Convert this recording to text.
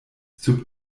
sub